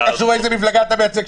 מה זה קשור איזו מפלגה אתה מייצג.